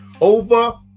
over